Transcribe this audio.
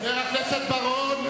חבר הכנסת בר-און.